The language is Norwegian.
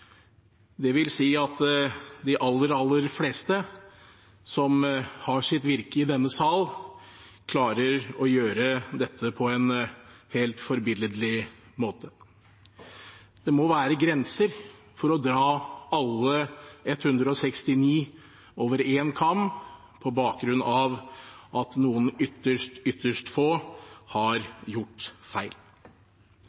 at de aller, aller fleste som har sitt virke i denne sal, klarer å gjøre dette på en helt forbilledlig måte. Det må være grenser for å skjære alle 169 over én kam på bakgrunn av at noen ytterst, ytterst få har